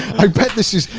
i bet this is,